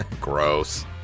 Gross